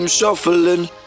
Shuffling